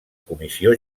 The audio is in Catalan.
comissió